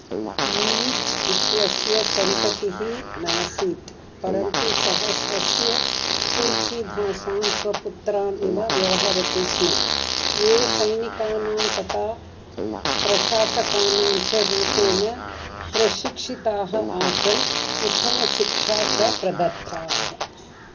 मूयीज् इत्यस्य सन्ततिः नासीत् परन्तु सः स्वस्य तुर्किदासान् स्वपुत्रान् इव व्यवहरति स्म ये सैनिकानां तथा प्रशासकानां च रूपेण प्रशिक्षिताः आसन् उत्तमशिक्षा च प्रदत्ता